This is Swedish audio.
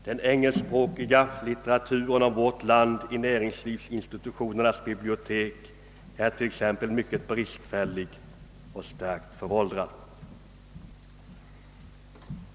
Den engelskspråkiga litteraturen om vårt land i näringslivsinstitutionernas bibliotek är t.ex. mycket bristfällig och starkt föråldrad.